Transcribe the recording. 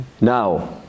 Now